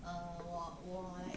err 我我 like